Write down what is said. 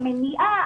למניעה,